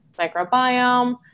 microbiome